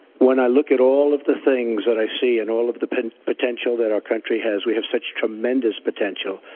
when i look at all of the things that i see and all of the potential that our country has, we have such tremendous potential.